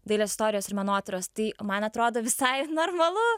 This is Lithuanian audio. dailės istorijos ir menotyros tai man atrodo visai normalu